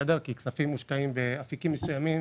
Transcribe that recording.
כספים מושקעים באפיקים מסוימים,